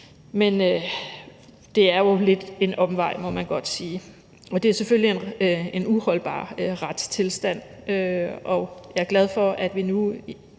men det er jo lidt en omvej, må man nok sige. Det er selvfølgelig en uholdbar retstilstand, og jeg er glad for, at vi nu